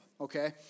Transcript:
okay